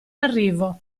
arrivo